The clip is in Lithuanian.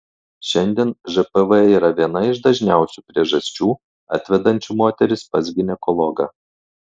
šiandien žpv yra viena iš dažniausių priežasčių atvedančių moteris pas ginekologą